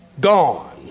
Gone